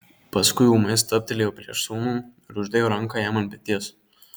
paskui ūmai stabtelėjo prieš sūnų ir uždėjo ranką jam ant peties